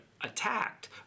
attacked